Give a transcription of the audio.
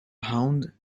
hound